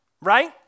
right